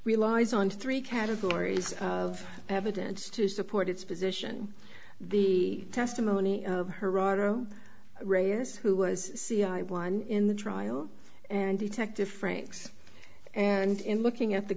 relies on three categories of evidence to support its position the testimony of geraldo reyes who was c i one in the trial and detective franks and in looking at the